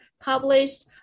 published